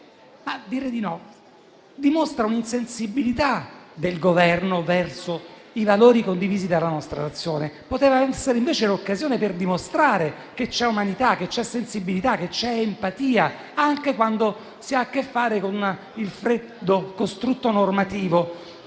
cui dire di no dimostra un'insensibilità del Governo verso i valori condivisi dalla nostra Nazione. Poteva essere invece l'occasione per dimostrare che c'è umanità, che c'è sensibilità, che c'è empatia, anche quando si ha a che fare con il freddo costrutto normativo.